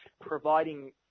providing